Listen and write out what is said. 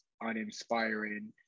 uninspiring